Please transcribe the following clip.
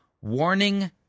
warning